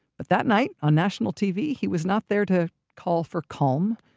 but that night, on national tv, he was not there to call for calm,